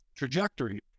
trajectory